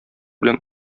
белән